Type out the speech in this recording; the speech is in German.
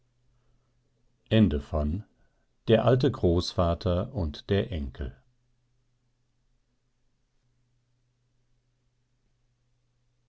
der alte großvater und der